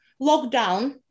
lockdown